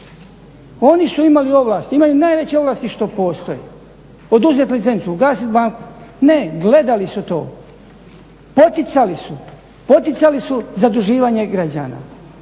Oni su imali ovlasti, imaju najveće ovlasti što postoje, oduzet licencu, ugasit banku, ne gledali su to, poticali su zaduživanje građana.